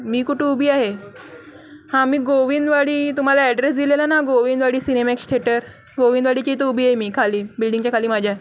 मी कुठे उभी आहे हां मी गोविंदवाडी तुम्हाला ॲड्रेस दिलेला ना गोविंदवाडी सिनेमा थेटर गोविंदवाडीची इतं उभी आहे मी खाली बिल्डिंगच्या खाली माझ्या